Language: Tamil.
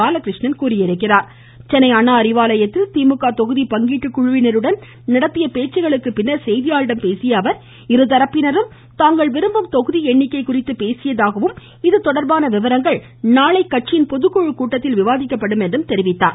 பாலகிருஷ்ணன் கூறியிருக்கிறார் சென்னை அண்ணா அறிவாலயத்தில் திமுக தொகுதி பங்கீட்டு குழுவினருடன் நடத்திய பேச்சுக்களுக்கு பின்னர் செய்தியாளர்களிடம் பேசிய அவர் இருதரப்பினரும் தாங்கள் விரும்பும் தொகுதி எண்ணிக்கை குறித்து பேசியதாகவும் இதுதொடர்பான விவரங்கள் நாளை கட்சியின் பொதுக்குழு கூட்டத்தில் விவாதிக்கப்படும் என்றும் தெரிவித்தார்